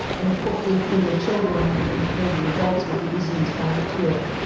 and hopefully for their children and for the adults with the disease find a cure.